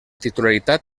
titularitat